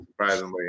surprisingly